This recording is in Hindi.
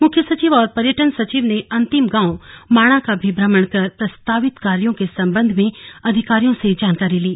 मुख्य सचिव और पर्यटन सचिव ने अंतिम गांव माणा का भी भ्रमण कर प्रस्तावित कार्यो के संबध में अधिकारियों से जानकारी ली